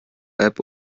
app